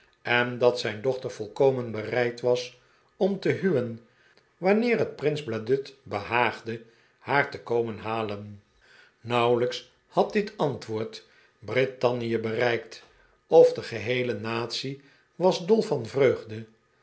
en dat zijn dochter volkomen bereid was om te huwen wanneer het prins bladud behaagde haar te komen halen nauwelijks had dit antwoord brittannie bereikt of de geheele natie was dol van vreugde